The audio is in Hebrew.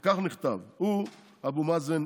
וכך נכתב: "הוא" אבו מאזן,